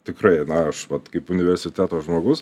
tikrai na aš vat kaip universiteto žmogus